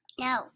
No